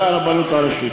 זה הרבנות הראשית.